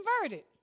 converted